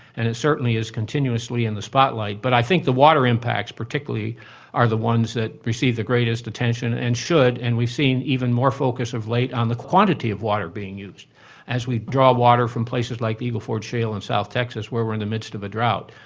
and it certainly is continuously in the spotlight. but i think the water impacts particularly are the ones that receive the greatest attention and should, and we are seeing even more focus of late on the quantity of water being used as we draw water from places like eagle ford shale in south texas where we are in the midst of a drought.